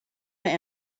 mehr